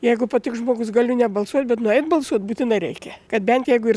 jeigu patiks žmogus galiu nebalsuot bet nueit balsuot būtinai reikia kad bent jeigu ir